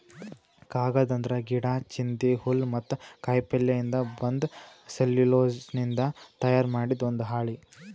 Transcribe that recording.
ಕಾಗದ್ ಅಂದ್ರ ಗಿಡಾ, ಚಿಂದಿ, ಹುಲ್ಲ್ ಮತ್ತ್ ಕಾಯಿಪಲ್ಯಯಿಂದ್ ಬಂದ್ ಸೆಲ್ಯುಲೋಸ್ನಿಂದ್ ತಯಾರ್ ಮಾಡಿದ್ ಒಂದ್ ಹಾಳಿ